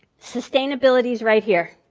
sustainability is right here.